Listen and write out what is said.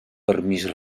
permís